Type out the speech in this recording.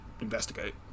investigate